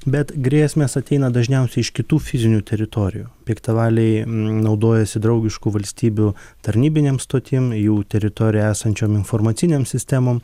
bet grėsmės ateina dažniausiai iš kitų fizinių teritorijų piktavaliai naudojasi draugiškų valstybių tarnybinėm stotim jų teritorijoj esančiom informacinėm sistemom